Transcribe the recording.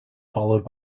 followed